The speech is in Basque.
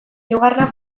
hirugarrena